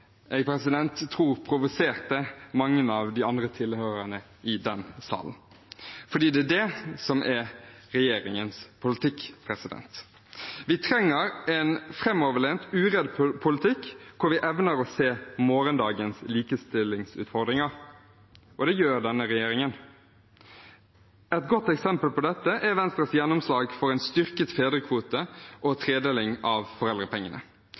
tror provoserte mange av de andre tilhørerne i den salen. For det er det som er regjeringens politikk. Vi trenger en framoverlent uredd politikk hvor vi evner å se morgendagens likestillingsutfordringer, og det gjør denne regjeringen. Et godt eksempel på dette er Venstres gjennomslag for en styrket fedrekvote og tredeling av foreldrepengene.